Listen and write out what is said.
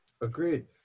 Agreed